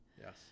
yes